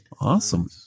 awesome